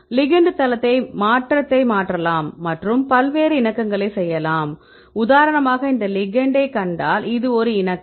ligand தளத்தில் மாற்றத்தை மாற்றலாம் மற்றும் பல்வேறு இணக்கங்களை செய்யலாம் உதாரணமாக இந்த லிகெண்டைக் கண்டால் இது ஒரு இணக்கம்